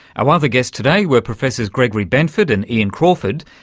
our other guests today were professors gregory benford and ian crawford,